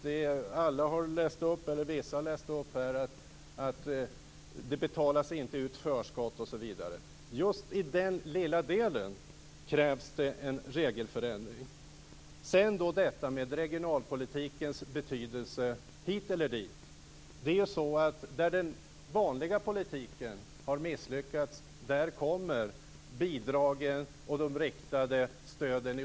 Vissa har här läst upp att det inte betalas ut förskott, osv. Just i den lilla delen krävs det en regelförändring. Sedan till frågan om regionalpolitikens betydelse hit eller dit. Där den vanliga politiken har misslyckats kommer i olika former bidragen och de riktade stöden.